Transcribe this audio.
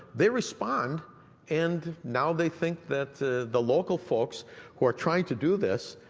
they respond and now they think that the local folks who are trying to do this,